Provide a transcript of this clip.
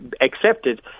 accepted